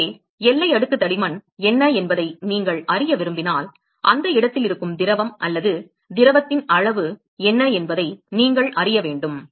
எனவே எல்லை அடுக்கு தடிமன் என்ன என்பதை நீங்கள் அறிய விரும்பினால் அந்த இடத்தில் இருக்கும் திரவம் அல்லது திரவத்தின் அளவு என்ன என்பதை நீங்கள் அறிய வேண்டும்